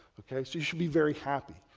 ok. so you should be very happy.